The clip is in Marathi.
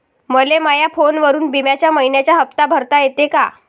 मले माया फोनवरून बिम्याचा मइन्याचा हप्ता भरता येते का?